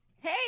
Hey